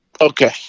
Okay